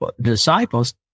disciples